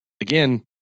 Again